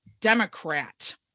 democrat